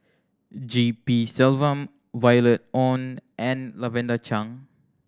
G P Selvam Violet Oon and Lavender Chang